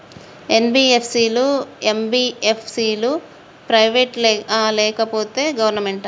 NBFC లు, MBFC లు private ఆ లేకపోతే గవర్నమెంటా?